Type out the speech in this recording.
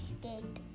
Skate